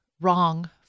wrong